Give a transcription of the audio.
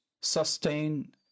sustain